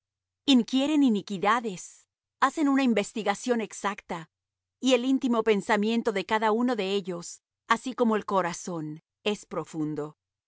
ver inquieren iniquidades hacen una investigación exacta y el íntimo pensamiento de cada uno de ellos así como el corazón es profundo mas dios los